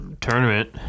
tournament